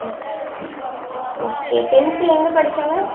ஆ okay tenth எங்கள் படிச்சாங்க